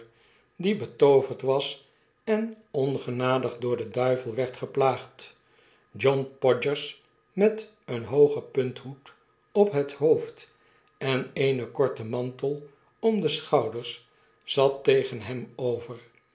die betooverd was en ongenadig door den duivel werd geplaagd john podgers met een hoogen punthoed op het hoofd en eenen korten mantel om de schouders zat tegen hem over